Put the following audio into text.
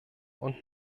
und